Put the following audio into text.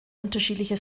unterschiedliche